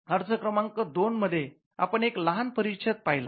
अर्ज क्रमांक दोन मध्ये आपण एक लहान परिच्छेद पहिला